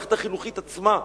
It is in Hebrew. במערכת החינוכית עצמה,